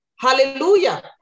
hallelujah